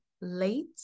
late